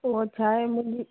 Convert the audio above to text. ओ छा आहे मुंहिंजी